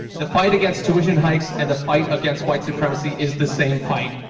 the fight against tuition hikes and the fight against whites of premises is the same fight.